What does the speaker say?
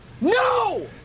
No